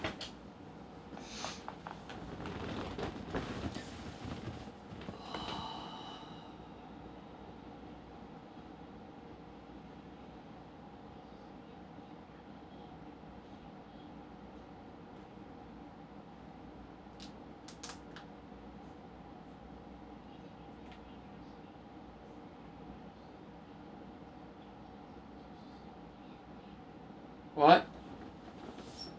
what